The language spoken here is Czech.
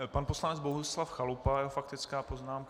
Pan poslanec Bohuslav Chalupa a jeho faktická poznámka.